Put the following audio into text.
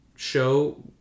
show